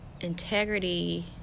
integrity